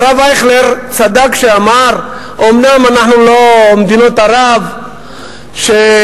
והרב אייכלר צדק כשאמר: אומנם אנחנו לא מדינות ערב שיתקוממו,